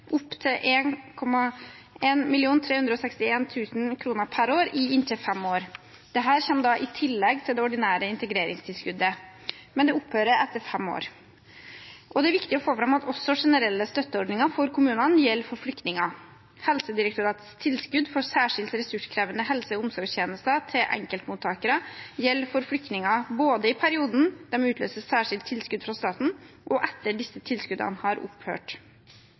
per år i inntil fem år. Dette kommer i tillegg til det ordinære integreringstilskuddet. Men det opphører etter fem år. Det er viktig å få fram at også generelle støtteordninger for kommunene gjelder for flyktninger. Helsedirektoratets tilskudd for særskilt ressurskrevende helse- og omsorgstjenester til enkeltmottakere gjelder for flyktninger, både i perioden de utløser særskilt tilskudd fra staten, og etter at disse tilskuddene har opphørt.